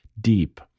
deep